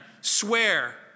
swear